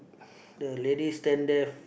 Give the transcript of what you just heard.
the lady stand there